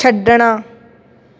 ਛੱਡਣਾ